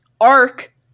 arc